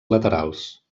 laterals